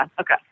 Okay